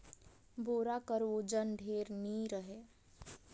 बोरा कर ओजन ढेर नी रहें